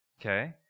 Okay